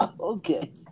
Okay